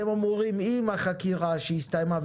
אם החקירה הסתיימה,